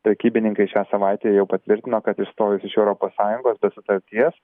prekybininkai šią savaitę jau patvirtino kad išstojus iš europos sąjungos be sutarties